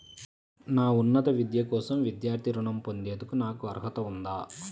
నా ఉన్నత విద్య కోసం విద్యార్థి రుణం పొందేందుకు నాకు అర్హత ఉందా?